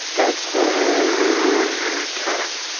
that's her turn.